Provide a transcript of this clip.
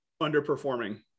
underperforming